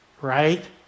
right